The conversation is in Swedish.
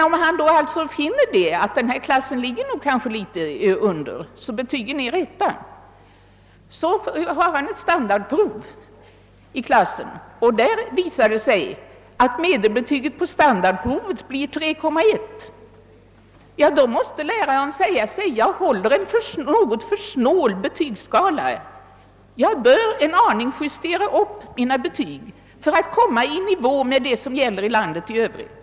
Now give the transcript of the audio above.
Om vid ett standardprov medelbetyget blir 3,1, måste läraren säga sig att han håller en något för snål betygsskala och bör justera upp betygen en aning för att komma i nivå med de bestämmelser som gäller för landet i övrigt.